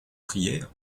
prières